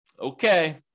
Okay